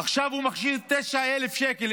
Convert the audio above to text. עכשיו הוא מחזיר 9,000 שקל.